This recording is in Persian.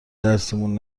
درسیمون